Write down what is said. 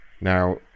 Now